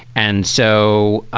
and so